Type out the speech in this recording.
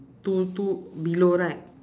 two two below right